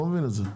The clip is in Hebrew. לא מבין את זה.